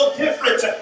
different